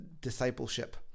discipleship